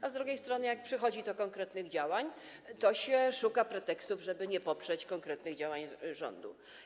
A z drugiej strony, jak przychodzi do konkretnych działań, to szuka się pretekstów, żeby nie poprzeć konkretnych działań rządu.